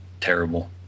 terrible